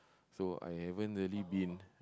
so I haven't really been